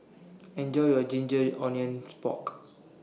Enjoy your Ginger Onions Pork